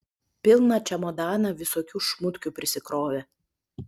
pilną čemodaną visokių šmutkių prisikrovė